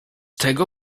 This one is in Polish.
tego